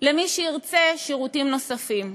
למי שירצה שירותים נוספים.